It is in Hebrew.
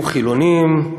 היו חילונים,